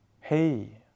hey